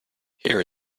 here